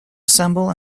assemble